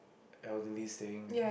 elderly staying